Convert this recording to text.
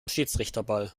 schiedsrichterball